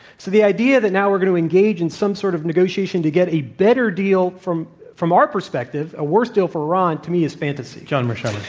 so, the idea that now we're going to engage in some sort of negotiation to get a better deal from from our perspective, a worse deal for iran, to me, is fantasy. john mearsheimer.